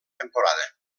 temporada